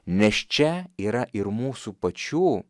nes čia yra ir mūsų pačių